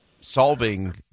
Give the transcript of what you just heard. solving